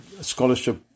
scholarship